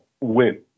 win